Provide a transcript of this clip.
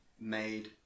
made